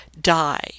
die